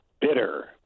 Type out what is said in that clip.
bitter